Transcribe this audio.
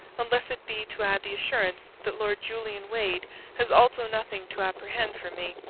unless it be to add the assurance that lord julian wade has also nothing to apprehend from me.